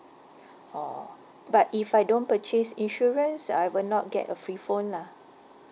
orh but if I don't purchase insurance I will not get a free phone lah